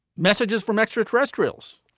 messages from extraterrestrials.